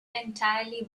entirely